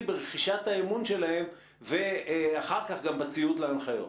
ברכישת האמון שלהם ואחר כך גם בציות להנחיות.